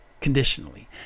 conditionally